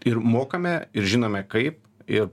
ir mokame ir žinome kaip ir